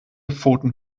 pfoten